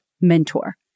mentor